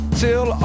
till